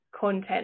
content